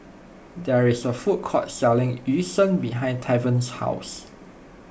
there is a food court selling Yu Sheng behind Tavon's house